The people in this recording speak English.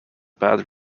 bad